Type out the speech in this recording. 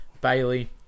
Bailey